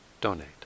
donate